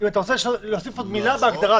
אם אתה רוצה להוסיף עוד מילה בהגדרה,